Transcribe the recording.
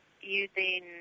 using